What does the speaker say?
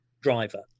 driver